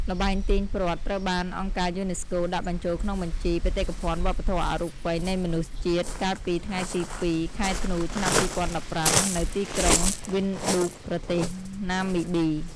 ល្បែងទាញព្រ័ត្រ ត្រូវបានអង្គការយូណេស្កូ ដាក់បញ្ចូលក្នុងបញ្ជី បេតិកភណ្ឌវប្បធម៌អរូបីនៃមនុស្សជាតិ កាលពី ថ្ងៃទី២ ខែធ្នូ ឆ្នាំ២០១៥ នៅទីក្រុងវិនឌូក ប្រទេសណាមីប៊ី។